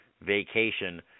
vacation